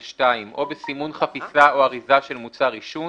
ו-(2) או בסימון חפיסה או אריזה של מוצר עישון,